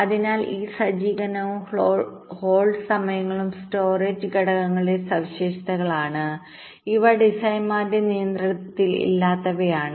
അതിനാൽ ഈ സജ്ജീകരണവും ഹോൾഡ് സമയങ്ങളും സ്റ്റോറേജ് ഘടകങ്ങളുടെ സവിശേഷതകളാണ് ഇവ ഡിസൈനർമാരുടെ നിയന്ത്രണത്തിൽ ഇല്ലാത്തവയാണ്